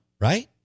right